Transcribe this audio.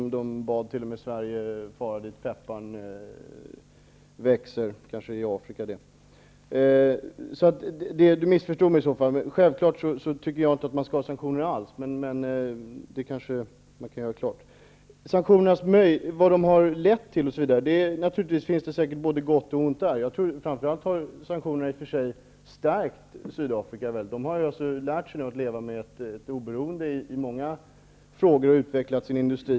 Man bad t.o.m. svenskarna att fara dit pepparn växer, det kanske är Sydafrika det. Självfallet tycker jag att man inte skall ha några sanktioner alls. Men naturligtvis har sanktionerna lett till både något gott och något ont. Framför allt har de i och för sig stärkt Sydafrika. Man har där lärt sig att leva oberoende i många avseenden och kunnat utveckla sin industri.